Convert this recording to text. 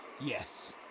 Yes